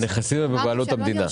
הנכסים הם בבעלות המדינה.